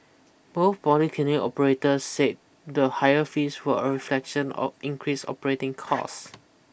both polyclinic operators said the higher fees were a reflection of increased operating costs